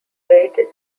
braided